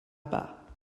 bas